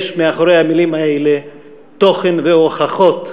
יש מאחורי המילים האלה תוכן והוכחות.